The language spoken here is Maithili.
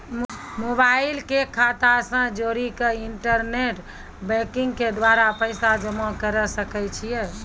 मोबाइल के खाता से जोड़ी के इंटरनेट बैंकिंग के द्वारा पैसा जमा करे सकय छियै?